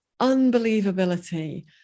unbelievability